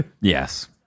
Yes